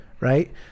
right